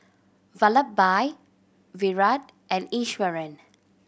Vallabhbhai Virat and Iswaran